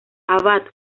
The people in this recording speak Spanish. abad